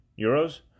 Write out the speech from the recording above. euros